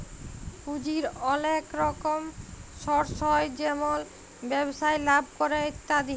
পুঁজির ওলেক রকম সর্স হ্যয় যেমল ব্যবসায় লাভ ক্যরে ইত্যাদি